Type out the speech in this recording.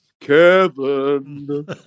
Kevin